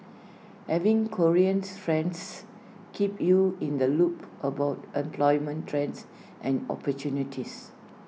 having Koreans friends keep you in the loop about employment trends and opportunities